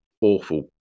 awful